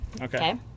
Okay